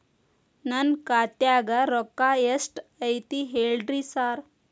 ನನ್ ಖಾತ್ಯಾಗ ರೊಕ್ಕಾ ಎಷ್ಟ್ ಐತಿ ಹೇಳ್ರಿ ಸಾರ್?